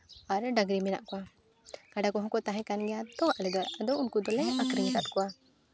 ᱟᱨ ᱰᱟᱝᱨᱤ ᱢᱮᱱᱟᱜ ᱠᱚᱣᱟ ᱠᱟᱰᱟ ᱠᱚᱦᱚᱸ ᱠᱚ ᱛᱟᱦᱮᱸᱠᱟᱱ ᱜᱮᱭᱟ ᱛᱚ ᱟᱞᱮᱫᱚ ᱟᱫᱚ ᱩᱱᱠᱩ ᱫᱚᱞᱮ ᱟᱹᱠᱷᱨᱤᱧ ᱟᱠᱟᱫ ᱠᱚᱣᱟ